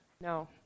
No